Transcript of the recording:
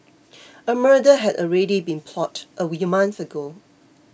a murder had already been plotted a month ago